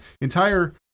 entire